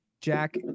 Jack